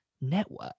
network